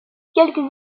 quelques